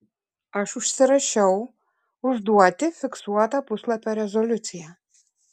aš užsirašiau užduoti fiksuotą puslapio rezoliuciją